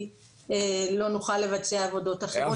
כי לא נוכל לבצע עבודות אחרות.